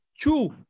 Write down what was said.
Two